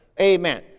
Amen